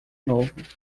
novo